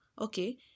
okay